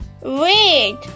Wait